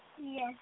Yes